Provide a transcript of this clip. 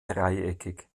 dreieckig